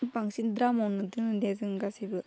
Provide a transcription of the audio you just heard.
बांसिन द्रामावनो दों दे जों गासिबो